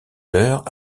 heures